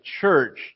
church